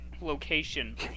location